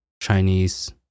Chinese